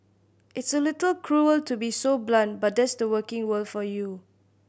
it's a little cruel to be so blunt but that's the working world for you